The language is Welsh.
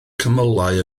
cymylau